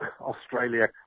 Australia